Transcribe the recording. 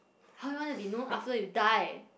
how you want to be known after you die